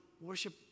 worship